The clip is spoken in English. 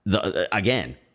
again